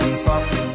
soft